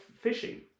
fishing